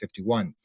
51